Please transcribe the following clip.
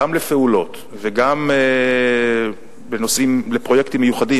גם לפעולות וגם לפרויקטים מיוחדים,